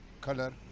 color